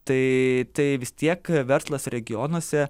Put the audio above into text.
tai tai vis tiek verslas regionuose